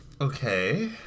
Okay